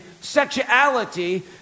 sexuality